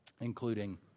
including